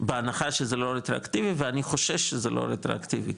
בהנחה שזה לא רטרואקטיבי ואני חושש שזה לא רטרואקטיבי,